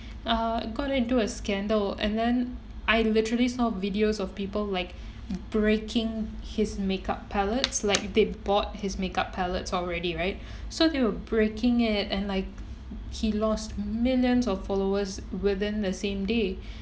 uh got into a scandal and then I literally saw videos of people like breaking his makeup palettes like they bought his makeup palettes already right so they were breaking it and like he lost millions of followers within the same day